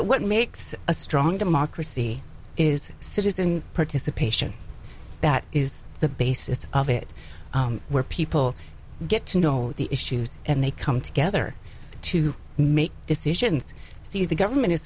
what makes a strong democracy is citizen participation that is the basis of it where people get to know the issues and they come together to make decisions see the government is